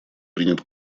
принят